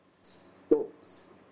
stops